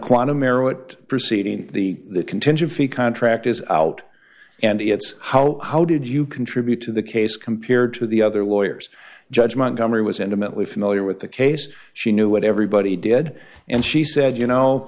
quantum arrow it proceeding the contingency contract is out and it's how how did you contribute to the case compared to the other lawyers judgment gummer was intimately familiar with the case she knew what everybody did and she said you know